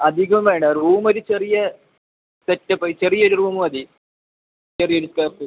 അധികം വേണ്ട റൂമൊരു ചെറിയ സെറ്റപ്പ് ചെറിയൊരു റൂമ് മതി ചെറിയൊരു സ്കൊയർ ഫീറ്റ്